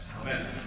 Amen